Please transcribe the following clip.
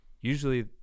usually